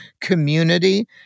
community